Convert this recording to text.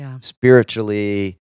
spiritually